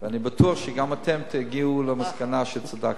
אני בטוח שגם אתם תגיעו למסקנה שצדקתי.